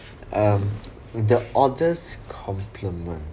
um the oddest compliment